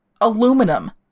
aluminum